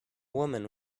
woman